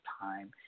time